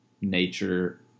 nature